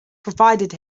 provided